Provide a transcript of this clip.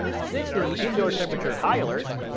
sixth, is the indoor temperature high alert.